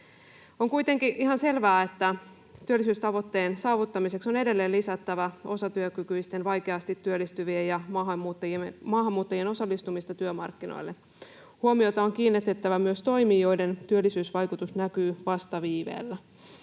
On kuitenkin ihan selvää, että työllisyystavoitteen saavuttamiseksi on edelleen lisättävä osatyökykyisten, vaikeasti työllistyvien ja maahanmuuttajien osallistumista työmarkkinoille. Huomiota on kiinnitettävä myös toimiin, joiden työllisyysvaikutus näkyy vasta viiveellä.